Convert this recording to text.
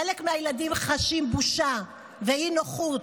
חלק מהילדים חשים בושה ואי-נוחות,